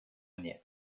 onion